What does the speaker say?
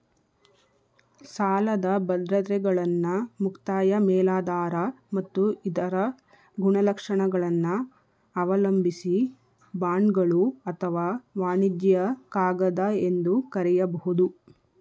ಸಾಲದ ಬದ್ರತೆಗಳನ್ನ ಮುಕ್ತಾಯ ಮೇಲಾಧಾರ ಮತ್ತು ಇತರ ಗುಣಲಕ್ಷಣಗಳನ್ನ ಅವಲಂಬಿಸಿ ಬಾಂಡ್ಗಳು ಅಥವಾ ವಾಣಿಜ್ಯ ಕಾಗದ ಎಂದು ಕರೆಯಬಹುದು